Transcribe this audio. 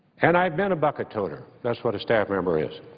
and i've been a bucket toter. that's what a staff member is.